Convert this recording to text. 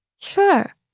Sure